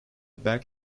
back